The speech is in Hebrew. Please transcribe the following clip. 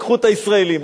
את הישראלים.